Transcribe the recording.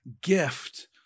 gift